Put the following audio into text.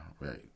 right